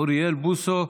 אוריאל בוסו,